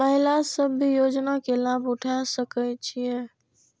महिला सब भी योजना के लाभ उठा सके छिईय?